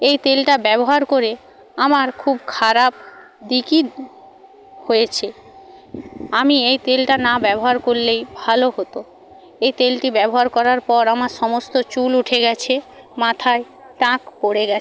এই তেলটা ব্যবহার করে আমার খুব খারাপ দিকই হয়েছে আমি এই তেলটা না ব্যবহার করলেই ভালো হতো এই তেলটি ব্যবহার করার পর আমার সমস্ত চুল উঠে গিয়েছে মাথায় টাক পড়ে গিয়েছে